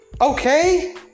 Okay